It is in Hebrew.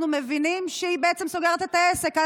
אנחנו מבינים שהיא בעצם סוגרת את העסק.